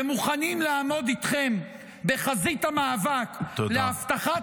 ומוכנים לעמוד איתכם בחזית המאבק להבטחת